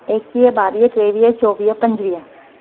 एकवीह ॿावीह टेवीह चोवीह पंजवीह